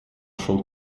шел